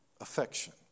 affection